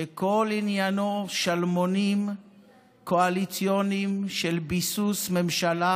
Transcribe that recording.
שכל עניינו שלמונים קואליציוניים לביסוס ממשלה,